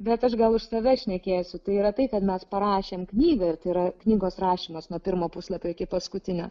bet aš gal už save šnekėsiu tai yra tai kad mes parašėm knygą ir tai yra knygos rašymas nuo pirmo puslapio iki paskutinio